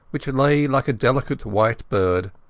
which lay like a delicate white bird,